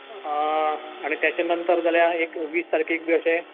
आनी तेच्या नंतर जाल्या एक वीस तारकेक बी अशे